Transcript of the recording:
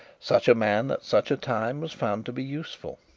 such a man at such a time was found to be useful,